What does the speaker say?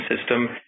system